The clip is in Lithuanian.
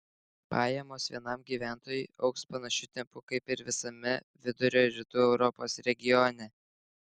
pajamos vienam gyventojui augs panašiu tempu kaip ir visame vidurio ir rytų europos regione